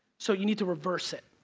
so you need to reverse it.